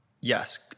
yes